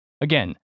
Again